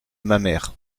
mamers